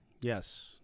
Yes